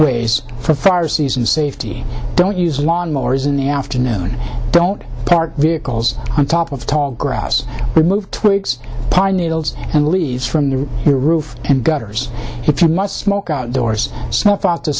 ways for fire season safety don't use lawnmowers in the afternoon don't park vehicles on top of tall grass remove twigs pine needles and leaves from the roof and gutters if you must smoke outdoors